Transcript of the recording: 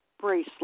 bracelet